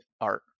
art